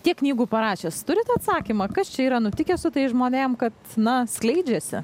tiek knygų parašęs turit atsakymą kas čia yra nutikę su tais žmonėms kad na skleidžiasi